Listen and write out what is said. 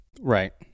Right